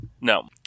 No